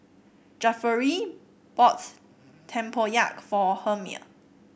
Jefferey bought tempoyak for Helmer